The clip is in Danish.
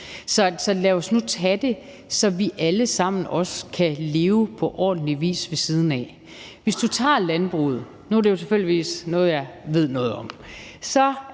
Så lad os nu tage det, så vi alle sammen kan leve på ordentlig vis ved siden af. Hvis du tager landbruget – nu er det tilfældigvis noget, jeg ved noget om –